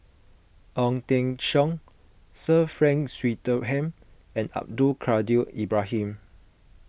Ong Teng Cheong Sir Frank Swettenham and Abdul Kadir Ibrahim